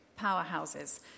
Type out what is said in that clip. powerhouses